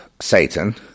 Satan